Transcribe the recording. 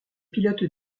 pilote